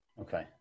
Okay